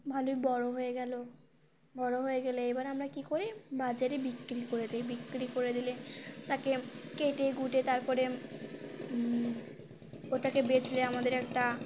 ভালোই বড় হয়ে গেল বড় হয়ে গেলে এ বার আমরা কী করি বাজারে বিক্রি করে দিই বিক্রি করে দিলে তাকে কেটেকুটে তারপরে ওটাকে বেচলে আমাদের একটা